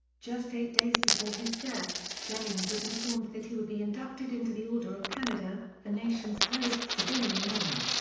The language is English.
just eight days before his death, jennings was informed that he would be inducted into the order of canada, the nation's highest civilian honor.